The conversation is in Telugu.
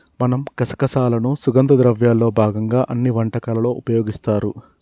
మనం గసగసాలను సుగంధ ద్రవ్యాల్లో భాగంగా అన్ని వంటకాలలో ఉపయోగిస్తారు